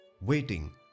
waiting